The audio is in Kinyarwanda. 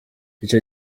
icyo